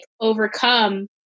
overcome